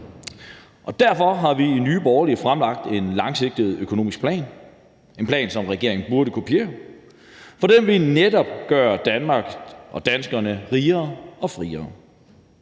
Derfor har vi i Nye Borgerlige fremlagt en langsigtet økonomisk plan – en plan, som regeringen burde kopiere, for den vil netop gøre Danmark og danskerne rigere og friere;